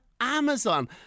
Amazon